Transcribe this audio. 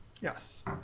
Yes